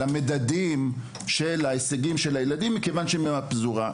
מדדי ההישגים של הילדים מכיוון שהם ילדים מהפזורה,